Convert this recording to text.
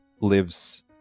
lives